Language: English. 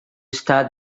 start